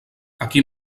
aquí